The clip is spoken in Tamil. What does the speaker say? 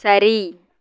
சரி